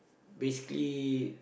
basically